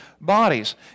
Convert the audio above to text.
bodies